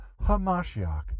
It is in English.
HaMashiach